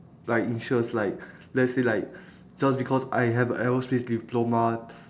like interest like let's say like just because I have a aerospace diploma